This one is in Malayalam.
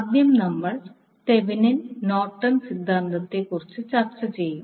ആദ്യം നമ്മൾ തെവെനിൻ Thevinin's നോർട്ടൺ Norton's സിദ്ധാന്തത്തെക്കുറിച്ച് ചർച്ച ചെയ്യും